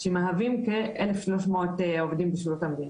שמהווים כ- 1,300 עובדים בשירות המדינה.